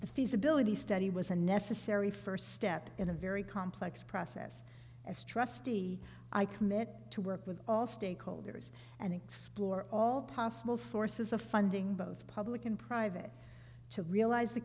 the feasibility study was a necessary first step in a very complex process as trustee i commit to work with all stakeholders and explore all possible sources of funding both public and private to realize the